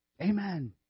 Amen